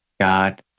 God